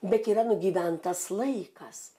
bet yra nugyventas laikas